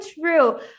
true